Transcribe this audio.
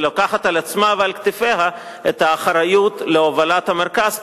ולוקחת על עצמה ועל כתפיה את האחריות להובלת המרכז,